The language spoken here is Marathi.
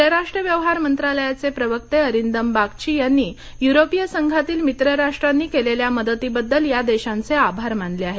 परराष्ट्र व्यवहार मंत्रालयाचे प्रवक्ते अरिंदम बागची यांनी युरोपीय संघातील मित्र राष्ट्रांनी केलेल्या मदतीबद्दल या देशांचे आभार मानले आहेत